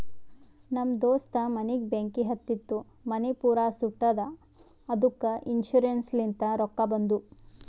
ನಮ್ ದೋಸ್ತ ಮನಿಗ್ ಬೆಂಕಿ ಹತ್ತಿತು ಮನಿ ಪೂರಾ ಸುಟ್ಟದ ಅದ್ದುಕ ಇನ್ಸೂರೆನ್ಸ್ ಲಿಂತ್ ರೊಕ್ಕಾ ಬಂದು